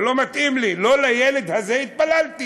זה לא מתאים לי, לא לילד הזה התפללתי.